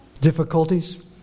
Difficulties